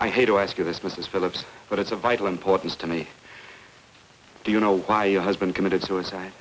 i hate to ask you this mrs phillips but it's of vital importance to me do you know why your husband committed suicide